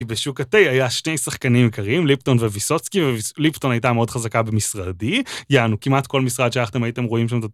בשוק התה היה שני שחקנים עיקריים ליפטון וויסוצקי וליפטון הייתה מאוד חזקה במשרדי יענו כמעט כל משרד שהייתם רואים.